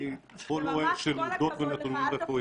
אני עוקב של עובדות ונתונים רפואיים.